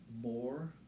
more